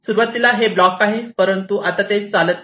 सुरुवातीला हे ब्लॉक आहे परंतु आता ते चालत नाही